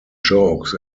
jokes